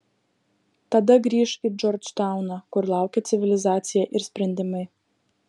tada grįš į džordžtauną kur laukė civilizacija ir sprendimai